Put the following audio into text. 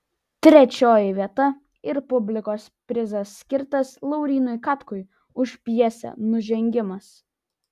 trečioji vieta ir publikos prizas skirtas laurynui katkui už pjesę nužengimas